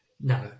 No